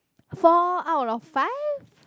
four out of five